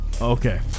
Okay